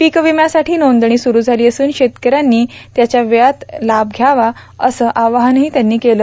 पीक विम्यासाठी नोंदणी सुरू झाली असून शेतकऱ्यांनी त्याचा वेळेत लाभ घ्यावा असं आवाहनही त्यांनी यावेळी केलं